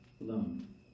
alone